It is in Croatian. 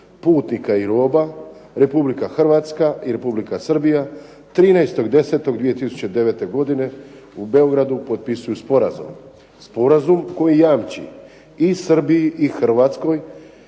putnika i roba Republika Hrvatska i Republika Srbija 13.10.2009. godine u Beogradu potpisuju sporazum, Sporazum koji jamči i Srbiji i Hrvatskoj